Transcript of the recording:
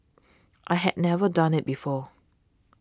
I had never done it before